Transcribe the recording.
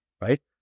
right